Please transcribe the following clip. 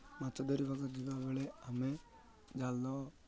ମାଛ ଧରିବାକୁ ଯିବାବେଳେ ଆମେ ଜାଲ